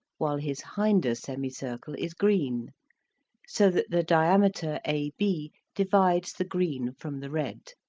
while his hinder semicircle is green so that the diameter ab divides the green from the red.